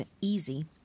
easy